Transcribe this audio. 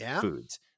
foods